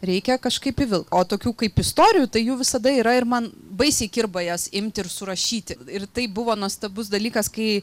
reikia kažkaip įvil o tokių kaip istorijų tai jų visada yra ir man baisiai kirba jas imti ir surašyti ir tai buvo nuostabus dalykas kai